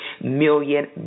million